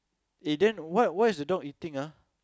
eh then what what is the dog eating ah